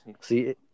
See